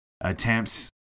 attempts